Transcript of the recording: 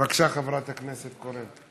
בבקשה, חברת הכנסת קורן.